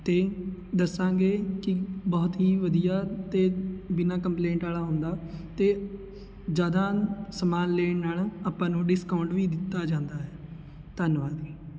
ਅਤੇ ਦੱਸਾਂਗੇ ਕਿ ਬਹੁਤ ਹੀ ਵਧੀਆ ਅਤੇ ਬਿਨਾ ਕੰਪਲੇਂਟ ਵਾਲਾ ਹੁੰਦਾ ਅਤੇ ਜ਼ਿਆਦਾ ਸਮਾਨ ਲੈਣ ਨਾਲ ਆਪਾਂ ਨੂੰ ਡਿਸਕਾਊਂਟ ਵੀ ਦਿੱਤਾ ਜਾਂਦਾ ਹੈ ਧੰਨਵਾਦ